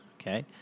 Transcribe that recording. Okay